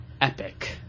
epic